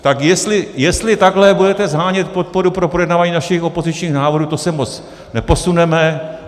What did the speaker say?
Tak jestli takhle budete shánět podporu pro projednávání našich opozičních návrhů, to se moc neposuneme.